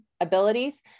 abilities